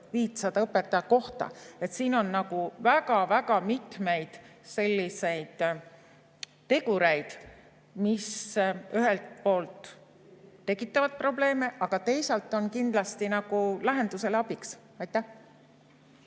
nad 1500 õpetaja kohta. Siin on väga-väga mitmeid selliseid tegureid, mis ühelt poolt tekitavad probleeme, aga teisalt on kindlasti lahendusele abiks. Suur